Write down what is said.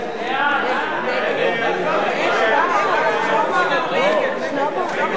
ישראל אייכלר, משה גפני ואורי מקלב